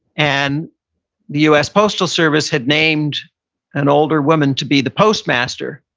and the us postal service had named an older woman to be the postmaster,